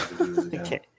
Okay